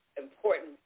important